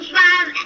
five